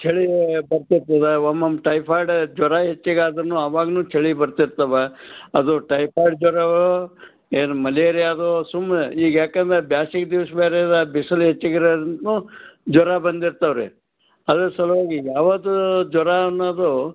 ಚಳಿ ಬರ್ತಿರ್ತದೆ ಒಮ್ಮೊಮ್ಮೆ ಟೈಫಾಯ್ಡ್ ಜ್ವರ ಹೆಚ್ಚಿಗಾದ್ರೂ ಅವಾಗ್ಲೂ ಚಳಿ ಬರ್ತಿರ್ತವೆ ಅದು ಟೈಫಾಯ್ಡ್ ಜ್ವರವೋ ಏನು ಮಲೇರಿಯ ಅದು ಸುಮ್ಮನೆ ಈಗ ಯಾಕೆಂದರೆ ಬ್ಯಾಸಿಗೆ ದಿವ್ಸ ಬೇರೆ ಅದ ಬಿಸ್ಲು ಹೆಚ್ಚಿಗೆ ಇರೋದ್ರಿಂದ್ಲೂ ಜ್ವರ ಬಂದಿರ್ತವೆ ರೀ ಅದ್ರ ಸಲ್ವಾಗಿ ಯಾವುದು ಜ್ವರ ಅನ್ನೋದು